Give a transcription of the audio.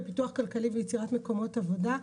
ופיתוח כלכלי ויצירת מקומות עבודה.